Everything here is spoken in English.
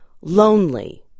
Lonely